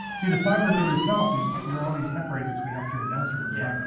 see the fiber node itself is your already separated between upstream and downstream of yeah